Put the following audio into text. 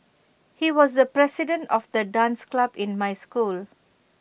he was the president of the dance club in my school